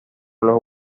los